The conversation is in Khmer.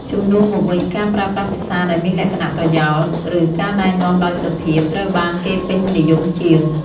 ជំនួសមកវិញ ការប្រើប្រាស់ភាសាដែលមានលក្ខណៈប្រយោល ឬការណែនាំដោយសុភាព ត្រូវបានគេពេញនិយមជាង។